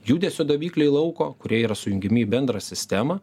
judesio davikliai lauko kurie yra sujungiami į bendrą sistemą